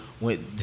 went